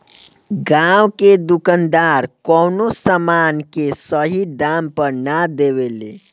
गांव के दुकानदार कवनो समान के सही दाम पर ना देवे ले